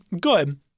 good